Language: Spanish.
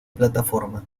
plataforma